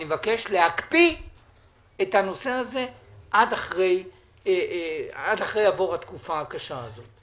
אני מבקש להקפיא את הנושא עד אחרי יעבור התקופה הקשה הזאת,